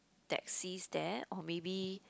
taxis there or maybe